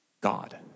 God